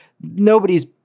nobody's